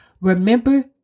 Remember